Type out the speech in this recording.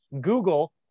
Google